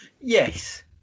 Yes